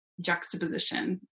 juxtaposition